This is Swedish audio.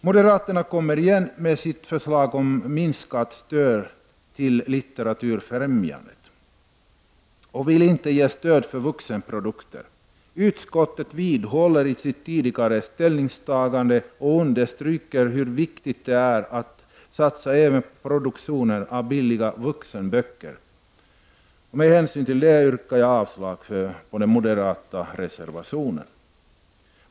Moderaterna kommer igen med sitt gamla förslag om minskat stöd till Litteraturfrämjandet. Man vill inte ge stöd för vuxenprodukter. Utskottet vidhåller sitt tidigare ställningstagande och understryker hur viktigt det är att satsa även på produktion av billiga vuxenböcker. Jag yrkar avslag på den moderata reservationen.